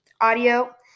audio